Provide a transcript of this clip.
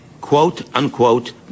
quote-unquote